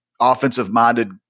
offensive-minded